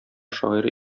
шагыйре